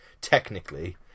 technically